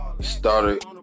started